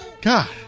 God